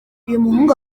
uyumuhungu